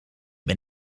ben